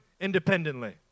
independently